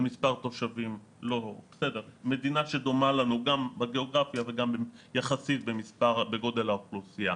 מדינה שדומה לנו גם בגיאוגרפיה וגם יחסית בגודל האוכלוסייה.